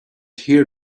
here